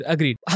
Agreed